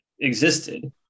existed